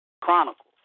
Chronicles